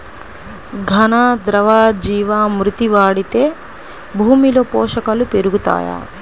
ఘన, ద్రవ జీవా మృతి వాడితే భూమిలో పోషకాలు పెరుగుతాయా?